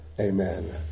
Amen